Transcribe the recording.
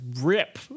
rip